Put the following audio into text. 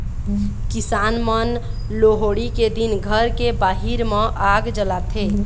किसान मन लोहड़ी के दिन घर के बाहिर म आग जलाथे